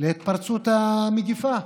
להתפרצות המגפה.